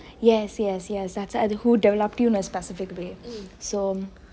yes yes yes who developed you in a specific way so